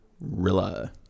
Rilla